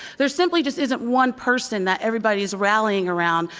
there simply just isn't one person that everybody is rally ing around.